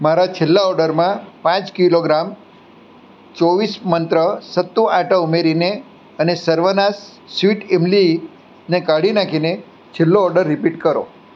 મારા છેલ્લા ઓર્ડરમાં પાંચ કિલોગ્રામ ચોવીસ મંત્ર સત્તુ આટો ઉમેરીને અને સર્વાના સ્વીટ ઈમલીને કાઢી નાંખીને છેલ્લો ઓર્ડર રીપીટ કરો